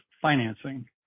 financing